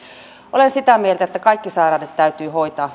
olen sitä mieltä että kaikki sairaudet täytyy hoitaa